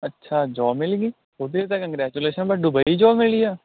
ਅੱਛਾ ਜੋਬ ਮਿਲ ਗਈ ਉਹਦੇ ਲਈ ਤਾਂ ਕੌਗ੍ਰੈਚੁਲੇਸ਼ਨ ਬਟ ਡੁਬਈ ਜੋਬ ਮਿਲੀ ਆ